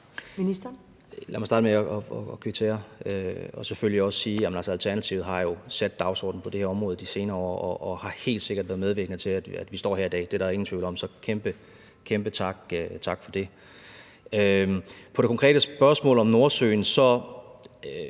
og selvfølgelig også sige, jamen altså, at Alternativet jo har sat dagsordenen på det her område i de senere år og helt sikkert har været medvirkende til, at vi står her i dag. Det er der ingen tvivl om, så kæmpe, kæmpe tak for det. Til det konkrete spørgsmål om Nordsøen vil